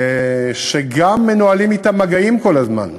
שגם מנוהלים אתן מגעים כל הזמן: